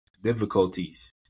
difficulties